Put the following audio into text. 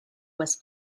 was